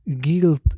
guilt